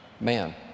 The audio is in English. man